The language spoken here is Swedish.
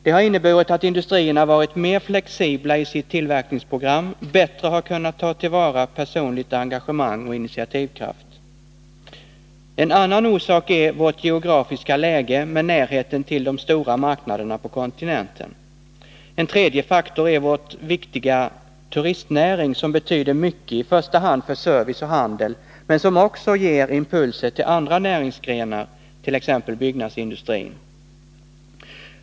Det har inneburit att industrierna har varit mer flexibla i sitt tillverkningsprogram och bättre har kunnat ta till vara personligt engagemang och initiativkraft. En annan orsak är vårt geografiska läge, med närheten till de stora marknaderna på kontinenten. En tredje faktor är vår viktiga turistnäring, som betyder mycket, i första hand för service och handel, men som också ger impulser till andra näringsgrenar, t.ex. byggnadsindustrin.